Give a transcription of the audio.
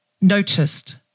noticed